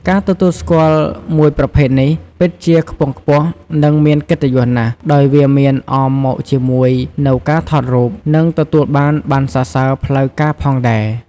ការទទួលស្គាល់មួយប្រភេទនេះពិតជាខ្ពង់ខ្ពស់ និងមានកិត្តយសណាស់ដោយវាមានអមមកជាមួយនូវការថតរូប និងទទួលបានប័ណ្ណសរសើរផ្លូវការផងដែរ។